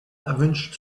erwünscht